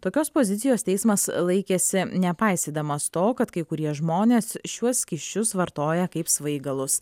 tokios pozicijos teismas laikėsi nepaisydamas to kad kai kurie žmonės šiuos skysčius vartoja kaip svaigalus